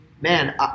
man